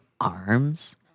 arms